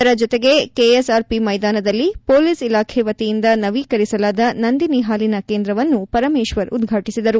ಇದರ ಜೊತೆಗೆ ಕೆಎಸ್ಆರ್ಪಿ ಮೈದಾನದಲ್ಲಿ ಹೊಲೀಸ್ ಇಲಾಖೆ ವತಿಯಿಂದ ನವೀಕರಿಸಲಾದ ನಂದಿನ ಹಾಲಿನ ಕೇಂದ್ರವನ್ನೂ ಪರಮೇಶ್ವರ್ ಉದ್ವಾಟಿಸಿದರು